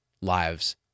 lives